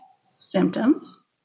symptoms